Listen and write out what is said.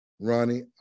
Ronnie